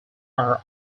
are